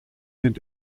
sind